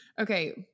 Okay